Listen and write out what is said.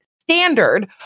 standard